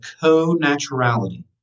co-naturality